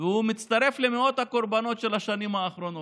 והוא מצטרף למאות הקורבנות של השנים האחרונות.